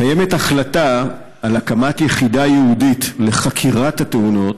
קיימת החלטה על הקמת יחידה ייעודית לחקירת התאונות,